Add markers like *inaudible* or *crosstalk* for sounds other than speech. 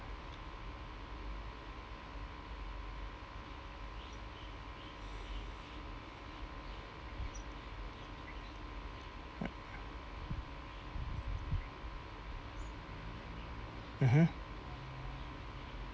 *noise* *breath* mmhmm